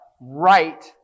right